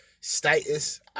status